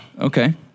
Okay